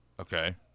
Okay